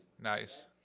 Nice